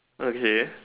okay